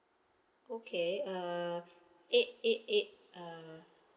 okay uh eight eight eight uh